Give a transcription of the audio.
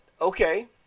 Okay